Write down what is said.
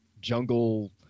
jungle